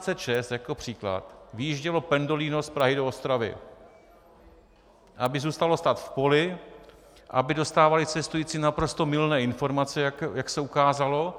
V 17.36, jako příklad, vyjíždělo pendolino z Prahy do Ostravy, aby zůstalo stát v poli, aby dostávali cestující naprosto mylné informace, jak se ukázalo.